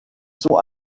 sont